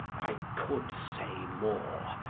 i could say more,